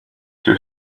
too